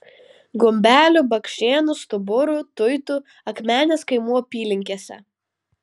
gumbelių bakšėnų stuburų tuitų akmenės kaimų apylinkėse